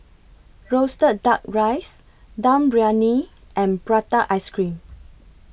Roasted Duck Rice Dum Briyani and Prata Ice Cream